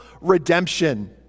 redemption